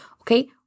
Okay